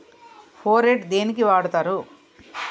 Phorate దేనికి వాడుతరు?